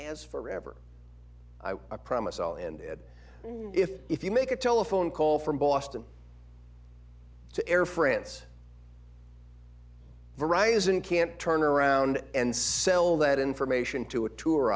has forever a promise i'll end it if if you make a telephone call from boston to air france varieties and can't turn around and sell that information to a tour